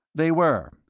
they were.